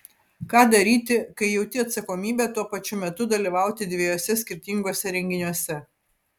ką daryti kai jauti atsakomybę tuo pačiu metu dalyvauti dviejuose skirtinguose renginiuose